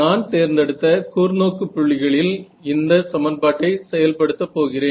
நான் தேர்ந்தெடுத்த கூர்நோக்கு புள்ளிகளில் இந்த சமன்பாட்டை செயல்படுத்த போகிறேன்